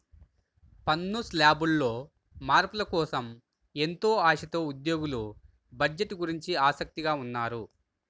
పన్ను శ్లాబుల్లో మార్పుల కోసం ఎంతో ఆశతో ఉద్యోగులు బడ్జెట్ గురించి ఆసక్తిగా ఉన్నారు